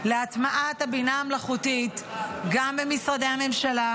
להטמעת הבינה המלאכותית גם במשרדי הממשלה,